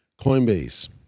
Coinbase